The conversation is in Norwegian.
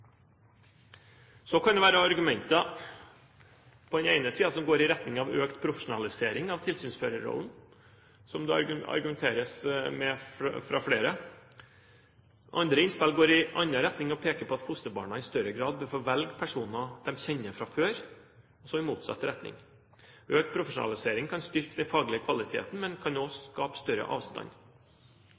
Så kan det være argumenter som på den ene siden går i retning av økt profesjonalisering av tilsynsførerrollen, som det argumenteres med fra flere. Andre innspill går i en annen retning og peker på at fosterbarna i større grad bør få velge personer de kjenner fra før – altså i motsatt retning. Økt profesjonalisering kan styrke den faglige kvaliteten, men den kan også skape større avstand.